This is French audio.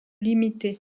limités